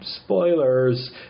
Spoilers